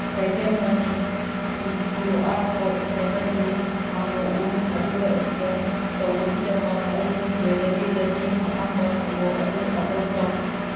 ꯏꯌꯔꯇꯦꯟ ꯃꯅꯤꯒꯤ Q R code ꯏꯁꯀꯦꯟꯅꯔꯗꯨ ꯍꯥꯡꯗꯣꯛꯎ ꯑꯗꯨꯒ ꯏꯁꯀꯦꯟ ꯇꯧꯕꯒꯤꯗꯃꯛ ꯑꯩꯒꯤ ꯒꯦꯔꯂꯤꯗꯒꯤ ꯑꯍꯥꯟꯕ ꯐꯣꯇꯣ ꯑꯗꯨ ꯑꯞꯂꯣꯠ ꯇꯧ